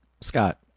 Scott